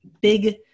big